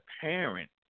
parent